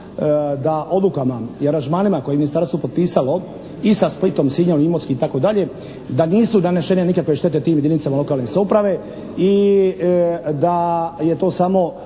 da odlukama i aranžmanima koje je ministarstvo potpisalo i sa Splitom, Sinjom, Imotski itd. da nisu donešene nikakve štete tim jedinicama lokalne samouprave i da je to samo